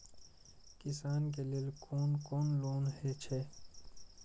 किसान के लेल कोन कोन लोन हे छे?